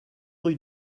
rue